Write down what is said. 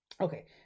Okay